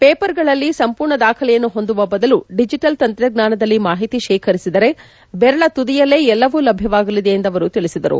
ಪೇಪರ್ಗಳಲ್ಲಿ ಸಂರ್ಣರ್ಣ ದಾಖಲೆಯನ್ನು ಪೊಂದುವ ಬದಲು ಡಿಜಿಟಲ್ ತಂತ್ರಜ್ಞಾನದಲ್ಲಿ ಮಾಹಿತಿ ಶೇಖರಿಸಿದರೆ ಬೆರಳ ತುದಿಯಲ್ಲೇ ಎಲ್ಲವೂ ಲಭ್ಯವಾಗಲಿದೆ ಎಂದು ಅವರು ತಿಳಿಸಿದರು